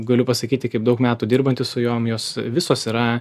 galiu pasakyti kaip daug metų dirbantis su jom jos visos yra